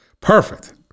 Perfect